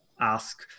ask